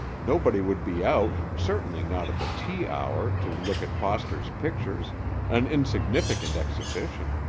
nobody would be out, certainly not at the tea-hour, to look at foster's pictures an insignificant exhibition.